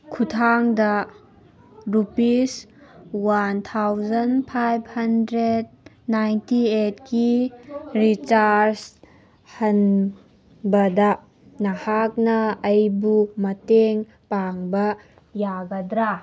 ꯈꯨꯊꯥꯡꯗ rupees one thousand five hundred ninety ꯑꯦꯠꯀꯤ recharge ꯍꯥꯟꯕꯗ ꯅꯍꯥꯛꯅ ꯑꯩꯕꯨ ꯃꯇꯦꯡ ꯄꯥꯡꯕ ꯌꯥꯒꯗ꯭ꯔꯥ